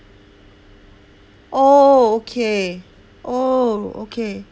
oh okay oh okay